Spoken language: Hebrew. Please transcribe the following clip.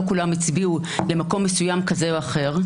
כולם הצביעו למקום מסוים כזה או אחר,